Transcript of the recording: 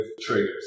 triggers